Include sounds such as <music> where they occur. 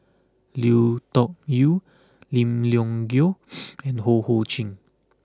Lui Tuck Yew Lim Leong Geok <noise> and Ho Ho Ying